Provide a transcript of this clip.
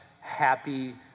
happy